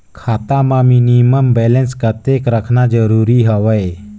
खाता मां minimum balance कतेक रखना जरूरी हवय?